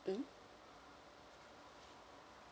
mm